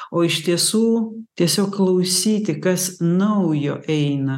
o iš tiesų tiesiog klausyti kas naujo eina